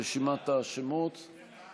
בבקשה, עד חמש דקות, אדוני.